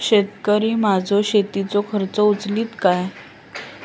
सरकार माझो शेतीचो खर्च उचलीत काय?